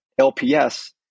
LPS